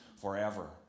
forever